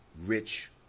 rich